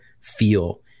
feel